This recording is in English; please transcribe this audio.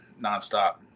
nonstop